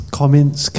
comments